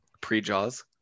Pre-Jaws